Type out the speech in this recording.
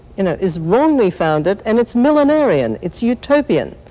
you know, is wrongly founded, and it's millenarian, it's utopian.